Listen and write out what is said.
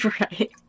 Right